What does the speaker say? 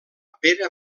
pere